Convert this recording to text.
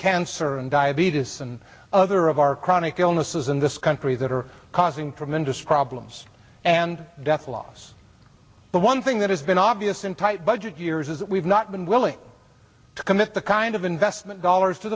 cancer and diabetes and other of our chronic illnesses in this country that are causing tremendous problems and death loss the one thing that has been obvious in tight budget years is that we've not been willing to commit the kind of investment dollars